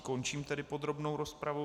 Končím tedy podrobnou rozpravu.